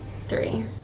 Three